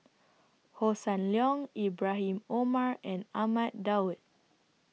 Hossan Leong Ibrahim Omar and Ahmad Daud